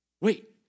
Wait